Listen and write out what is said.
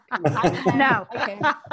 No